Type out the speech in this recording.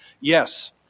Yes